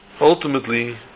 ultimately